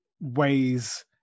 ways